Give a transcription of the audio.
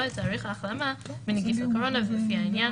או את תאריך ההחלמה מנגיף הקורונה לפי העניין